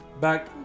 back